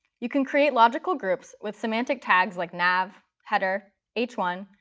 you can create logical groups with semantic tags like nav, header, h one,